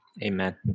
Amen